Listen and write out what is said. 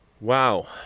Wow